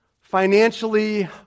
financially